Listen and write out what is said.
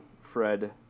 Fred